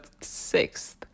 sixth